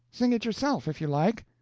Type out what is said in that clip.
sing it yourself, if you like!